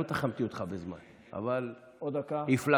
לא תחמתי אותך בזמן, אבל הפלגת.